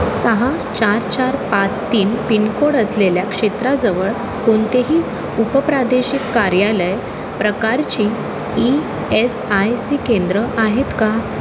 सहा चार चार पाच तीन पिनकोड असलेल्या क्षेत्राजवळ कोणतेही उपप्रादेशिक कार्यालय प्रकारची ई एस आय सी केंद्रं आहेत का